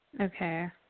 okay